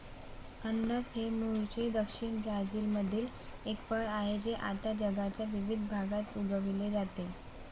अननस हे मूळचे दक्षिण ब्राझीलमधील एक फळ आहे जे आता जगाच्या विविध भागात उगविले जाते